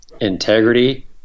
Integrity